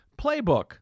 playbook